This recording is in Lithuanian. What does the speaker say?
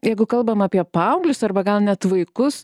jeigu kalbam apie paauglius arba gal net vaikus